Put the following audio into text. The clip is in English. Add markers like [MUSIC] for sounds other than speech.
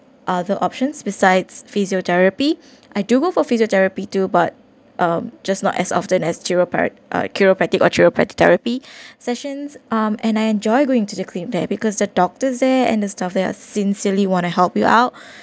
other options besides physiotherapy I do go for physiotherapy too but um just not as often as chiroprac~ uh chiropractic or chiropractic therapy [BREATH] sessions um and I enjoy going to the clinic there because the doctors there and the staff there are sincerely want to help you out